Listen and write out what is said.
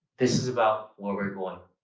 this is about where we're going.